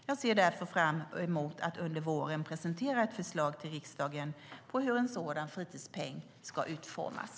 Jag ser därför fram emot att under våren presentera ett förslag till riksdagen på hur en sådan fritidspeng ska utformas.